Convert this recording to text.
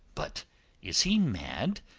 but is he mad,